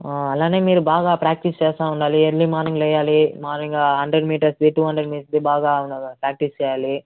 అలానే మీరు బాగా ప్రాక్టీస్ చేస్తూ ఉండాలి ఎర్లీ మార్నింగ్ లేవాలి మార్నింగ్ హండ్రెడ్ మీటర్స్ది టూ హండ్రెడ్ మీటర్స్ది బాగా ప్రాక్టీస్ చెయ్యాలి